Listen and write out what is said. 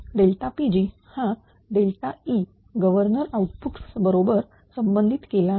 Pg हा Eगव्हर्नर output बरोबर संबंधित केला आहे